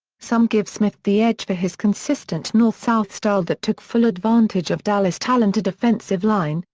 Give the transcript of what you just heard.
some give smith the edge for his consistent north-south style that took full advantage of dallas' talented offensive line,